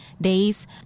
days